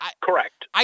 Correct